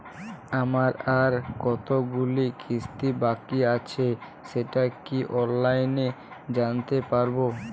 আমার আর কতগুলি কিস্তি বাকী আছে সেটা কি অনলাইনে জানতে পারব?